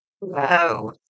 wow